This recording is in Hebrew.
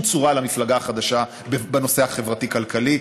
צורה למפלגה החדשה בנושא החברתי כלכלי,